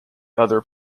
other